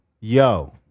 yo